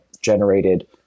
generated